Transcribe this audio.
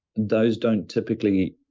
those don't typically